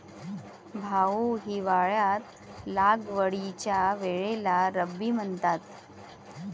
भाऊ, हिवाळ्यात लागवडीच्या वेळेला रब्बी म्हणतात